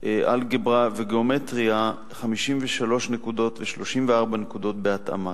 אלגברה וגיאומטריה, 53 נקודות ו-34 נקודות בהתאמה.